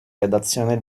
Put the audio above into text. redazione